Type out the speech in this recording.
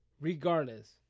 Regardless